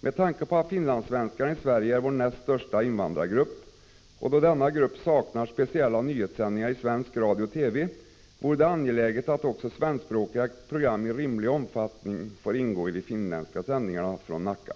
Med tanke på att finlandssvenskarna i Sverige är vår näst största invandrargrupp och då denna grupp saknar speciella nyhetssändningar i svenska radio och TV, vore det angeläget att också svenskspråkiga program i rimlig omfattning får ingå i de finländska sändningarna från Nacka.